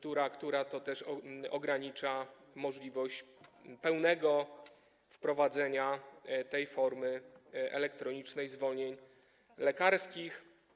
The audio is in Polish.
To też ogranicza możliwość pełnego wprowadzenia tej formy elektronicznych zwolnień lekarskich.